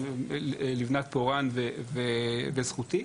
לבנת פורן וזכותי.